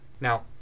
Now